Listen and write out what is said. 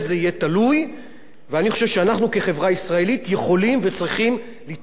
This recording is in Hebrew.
אני חושב שאנחנו כחברה ישראלית יכולים וצריכים לתמוך בזה בעצמנו.